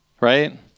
right